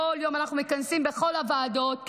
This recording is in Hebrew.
כל יום אנחנו מכנסים בכל הוועדות,